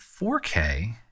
4K